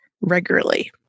regularly